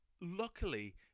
Luckily